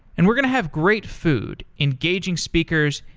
and we're going to have great food, engaging speakers,